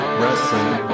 wrestling